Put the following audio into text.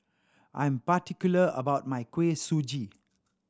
I'm particular about my Kuih Suji